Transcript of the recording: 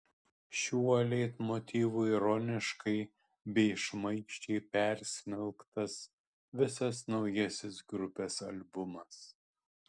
šiuo leitmotyvu ironiškai bei šmaikščiai persmelktas visas naujasis grupės albumas